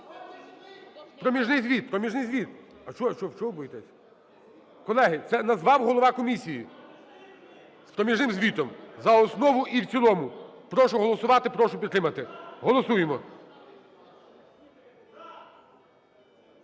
Проміжний звіт, проміжний звіт. А чого ви боїтесь? Колеги, це назвав голова комісії. З проміжним звітом за основу і в цілому. Прошу голосувати. Прошу підтримати. Голосуємо.